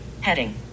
Heading